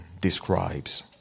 describes